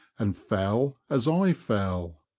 and fell as i fell.